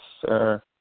sir